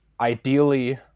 ideally